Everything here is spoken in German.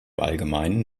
allgemeinen